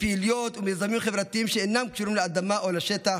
בפעילויות ובמיזמים חברתיים שאינם קשורים לאדמה או לשטח.